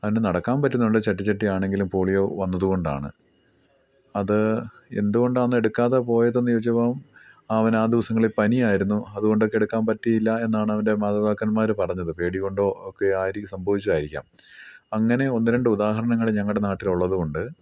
അവന് നടക്കാൻ പറ്റുന്നുണ്ട് ചട്ടിച്ചട്ടിയാണ് എങ്കിലും പോളിയോ വന്നത് കൊണ്ടാണ് അത് എന്തുകൊണ്ടാണ് അന്ന് എടുക്കാതെ പോയതെന്ന് ചോദിച്ചപ്പം അവന് ആ ദിവസങ്ങളിൽ പനിയായിരുന്നു അതുകൊണ്ടൊക്കെ എടുക്കാൻ പറ്റിയില്ല എന്നാണ് അവൻ്റെ മാതാപിതാക്കന്മാർ പറഞ്ഞത് പേടികൊണ്ടോ ഒക്കെ ആയിരിക്കും സംഭവിച്ചത് ആയിരിക്കാം അങ്ങനെ ഒന്ന് രണ്ട് ഉദാഹരണങ്ങൾ ഞങ്ങളുടെ നാട്ടിൽ ഉള്ളതുകൊണ്ട്